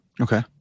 Okay